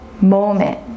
moment